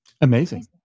Amazing